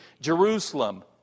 Jerusalem